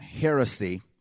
heresy